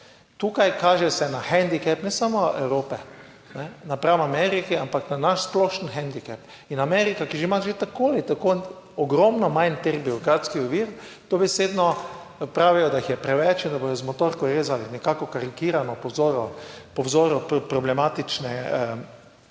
Tukaj kaže se na hendikep, ne samo Evrope napram Ameriki, ampak na naš splošen hendikep. In Amerika, ki ima že tako ali tako ogromno manj teh birokratskih ovir dobesedno, pravijo, da jih je preveč in da bodo z motorko rezali nekako karikirano, po vzoru, po vzoru